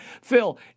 Phil